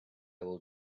will